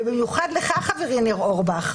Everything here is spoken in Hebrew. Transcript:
ובמיוחד לך חברי ניר אורבך,